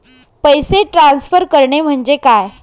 पैसे ट्रान्सफर करणे म्हणजे काय?